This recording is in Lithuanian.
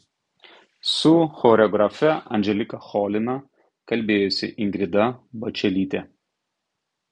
su choreografe anželika cholina kalbėjosi ingrida bačelytė